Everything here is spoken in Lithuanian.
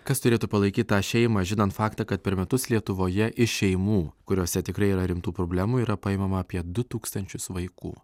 kas turėtų palaikyt tą šeimą žinant faktą kad per metus lietuvoje iš šeimų kuriose tikrai yra rimtų problemų yra paimama apie du tūkstančius vaikų